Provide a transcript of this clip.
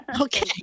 Okay